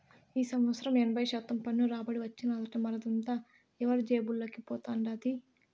ఈ సంవత్సరం ఎనభై శాతం పన్ను రాబడి వచ్చినాదట, మరదంతా ఎవరి జేబుల్లోకి పోతండాది